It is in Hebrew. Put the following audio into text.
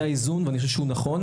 זה האיזון ואני חושב שהוא נכון.